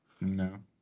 No